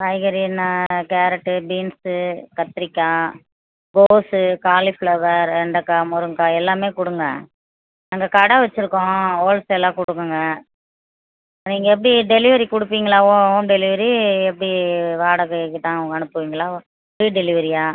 காய்கறி என்ன carrot beans கத்திரிக்காய் கோஸ்ஸு காலிஃபிளவர் வெண்டக்காய் முருங்கக்காய் எல்லாமே கொடுங்க நாங்கள் கடை வச்சுருக்கோம் ஹோல்சேலாக கொடுங்கங்க நீங்கள் எப்படி டெலிவரி கொடுப்பீங்களா ஹோ ஹோம் டெலிவரி எப்படி வாடகைக்கு தான் அனுப்புவீங்களா ஃபிரீ டெலிவரியா